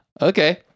Okay